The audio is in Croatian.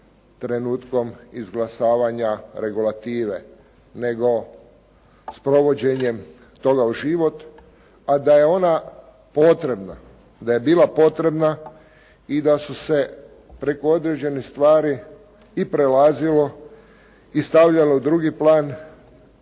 trenutkom izglasavanja regulative, nego sprovođenjem toga u život, a da je ona potrebna, da je bila potrebna i da su se preko određenih stvari i prelazilo i stavljalo u drugi plan,